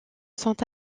sont